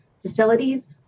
facilities